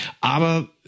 Aber